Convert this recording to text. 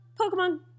Pokemon